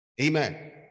Amen